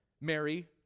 Mary